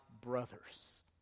brothers